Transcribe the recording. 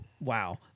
Wow